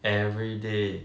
every day